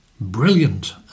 brilliant